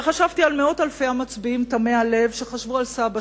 וחשבתי על מאות אלפי המצביעים תמי הלב שחשבו על סבא